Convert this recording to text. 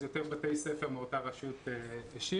אז יותר בתי ספר מאותה רשות השיבו.